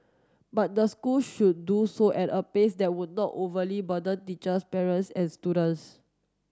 but the school should do so at a pace that would not overly burden teachers parents and students